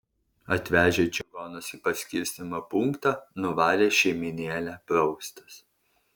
atvežę čigonus į paskirstymo punktą nuvarė šeimynėlę praustis